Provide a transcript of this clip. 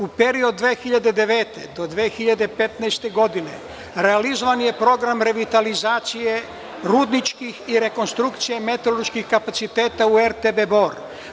U periodu od 2009. godine do 2015. godine realizovan je program revitalizacije rudničkih i rekonstrukcije metalurških kapaciteta u RTB Bor.